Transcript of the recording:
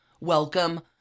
Welcome